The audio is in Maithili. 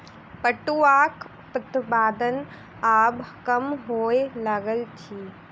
पटुआक उत्पादन आब कम होमय लागल अछि